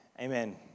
Amen